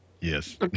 yes